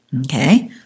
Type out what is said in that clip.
Okay